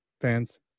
fans